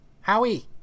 Howie